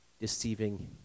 deceiving